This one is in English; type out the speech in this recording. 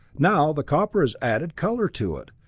now the copper has added color to it.